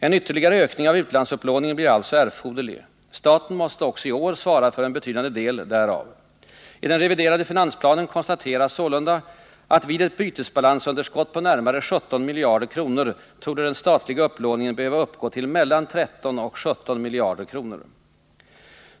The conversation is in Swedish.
En ytterligare ökning av utlandsupplåningen blir alltså erforderlig. Staten måste också i år svara för en betydande del härav. I den reviderade finansplanen konstateras sålunda, att vid ett bytesbalansunderskott på närmare 17 miljarder kronor torde den statliga upplåningen behöva uppgå till mellan 13 och 17 miljarder kronor.